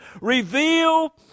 reveal